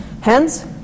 Hence